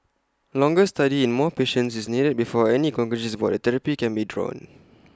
longer study in more patients is needed before any conclusions about the therapy can be drawn